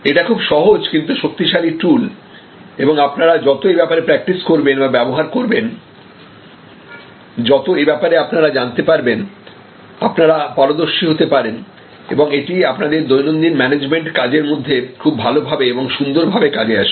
এটা খুব সহজ কিন্তু শক্তিশালী টুল এবং আপনারা যত এ ব্যাপারে প্রাকটিস করবেন বা ব্যবহার করবেন যত এ ব্যাপারে আপনার জানতে পারবেন আপনারা পারদর্শী হতে পারেন এবং এটি আপনাদের দৈনন্দিন ম্যানেজমেন্ট কাজের মধ্যে খুব ভালোভাবে এবং সুন্দর ভাবে কাজে আসবে